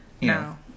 No